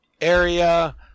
area